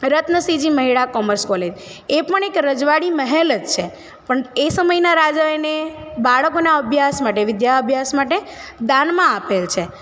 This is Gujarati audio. રતનસિંહજી મહિડા કોમર્સ કોલેજ એ પણ એક રજવાડી મહેલ જ છે પણ એ સમયના રાજા એને બાળકોના અભ્યાસ માટે વિદ્યા અભ્યાસ માટે દાનમાં આપેલ છે